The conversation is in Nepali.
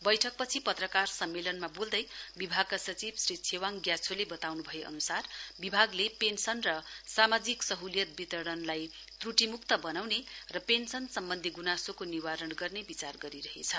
बैठक पछि पत्रकार सम्मेलनमा बोल्दै विभागका सचिव श्री छैवाङ ग्याछोले बताउन् भए अन्सार विभागले पेन्सन र सामाजिक सहलियत वितरणलाई त्र्टिमुक्त बनाउने र पेन्सन सम्बन्धी ग्नासोको निवारण गर्ने विचार गरिरहेछ